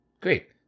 Great